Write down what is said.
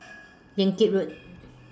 Yan Kit Road